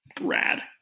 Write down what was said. Rad